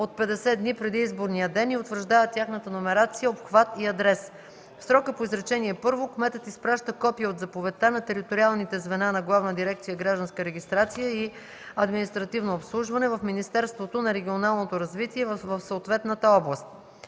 от 50 дни преди изборния ден и утвърждава тяхната номерация, обхват и адрес. В срока по изречение първо кметът изпраща копие от заповедта на териториалните звена на Главна дирекция „Гражданска регистрация и административно обслужване” в Министерството на регионалното развитие в съответната област.